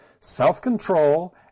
self-control